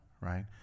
right